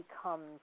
becomes